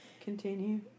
Continue